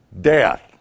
death